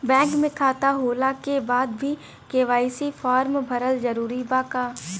Bank में खाता होला के बाद भी के.वाइ.सी फार्म भरल जरूरी बा का?